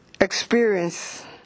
experience